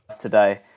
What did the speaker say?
today